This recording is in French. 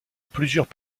plusieurs